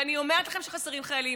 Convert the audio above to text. ואני אומרת לכם שחסרים חיילים,